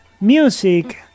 music